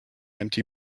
empty